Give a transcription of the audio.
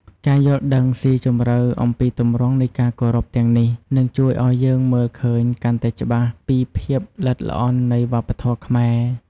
ការយល់ដឹងស៊ីជម្រៅអំពីទម្រង់នៃការគោរពទាំងនេះ នឹងជួយឲ្យយើងមើលឃើញកាន់តែច្បាស់ពីភាពល្អិតល្អន់នៃវប្បធម៌ខ្មែរ។